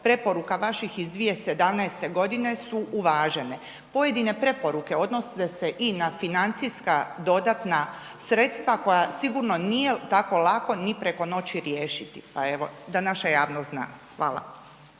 preko 65% vaših iz 2017.godine su uvažene. Pojedine preporuke odnose se i na financijska dodatna sredstva koja sigurno nije tako lako ni preko noći riješiti, pa evo da naša javnost zna. Hvala.